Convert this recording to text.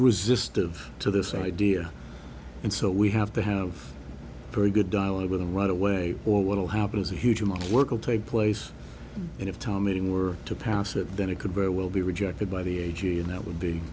resistive to this idea and so we have to have a very good dialogue with them right away or what will happen is a huge amount of work will take place and if tom meeting were to pass it then it could very well be rejected by the agency and that would be